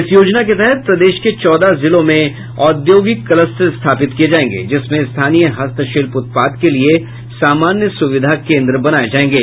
इस योजना के तहत प्रदेश के चौदह जिलों में औद्योगिक कलस्टर स्थापित किये जायेंगे जिसमें स्थानीय हस्तशिल्प उत्पाद के लिये सामान्य सुविधा केंद्र बनाये जायेंगे